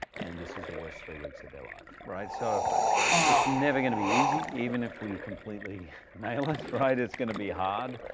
and this is the worst three weeks of their life. right, so it's never gonna be easy, even if we completely nail it right, it's gonna be hard,